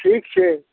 ठीक छै